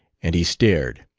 and he stared.